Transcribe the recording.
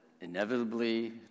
inevitably